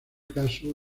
caso